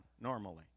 normally